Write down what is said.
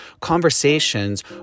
conversations